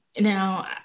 Now